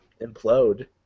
implode